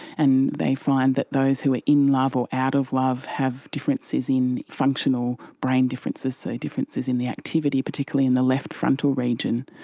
and they find that those who are in love or out of love have differences in, functional brain differences, so differences in the activity particularly in the left frontal region.